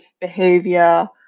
behavior